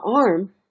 arm